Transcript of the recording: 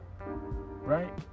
right